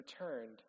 returned